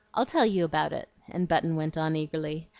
i'll tell you about it and button went on eagerly.